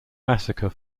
massacre